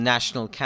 National